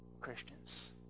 Christians